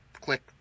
click